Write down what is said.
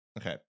Okay